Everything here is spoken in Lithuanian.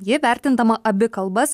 ji vertindama abi kalbas